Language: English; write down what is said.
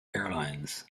airlines